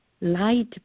light